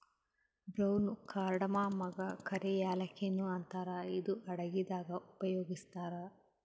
brown ಕಾರ್ಡಮಮಗಾ ಕರಿ ಯಾಲಕ್ಕಿ ನು ಅಂತಾರ್ ಇದು ಅಡಗಿದಾಗ್ ಉಪಯೋಗಸ್ತಾರ್